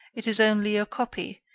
it is only a copy,